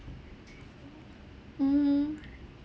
mmhmm